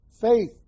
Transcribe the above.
Faith